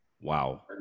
Wow